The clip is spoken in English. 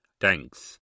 Thanks